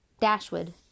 Dashwood